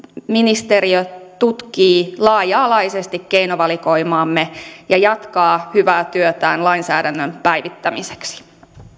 ministeriö tutkii laaja alaisesti keinovalikoimaamme ja jatkaa hyvää työtään lainsäädännön päivittämiseksi